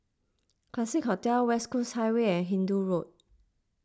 Classique Hotel West Coast Highway and Hindoo Road